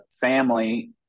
family